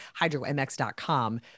hydromx.com